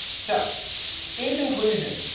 so in conclusion,